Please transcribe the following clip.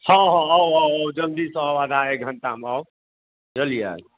हँ हँ आउ आउ आउ जल्दीसँ आउ आधा एक घण्टामे आउ बुझलियै